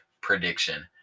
prediction